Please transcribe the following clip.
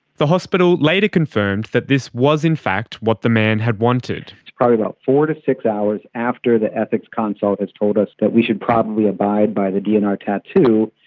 the hospital later confirmed that this was in fact what the man had wanted. probably about four to six hours after the ethics consult has told us that we should probably abide by the dnr tattoo,